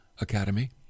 Academy